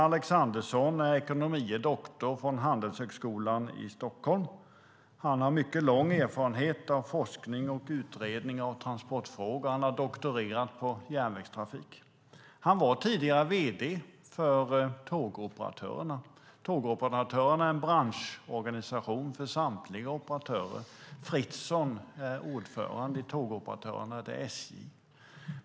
Han är ekonomie doktor från Handelshögskolan i Stockholm, har lång erfarenhet av forskning och utredning av transportfrågor och har doktorerat på järnvägstrafik. Han var tidigare vd för Tågoperatörerna som är en branschorganisation för samtliga operatörer. Fritzon på SJ är ordförande i Tågoperatörerna.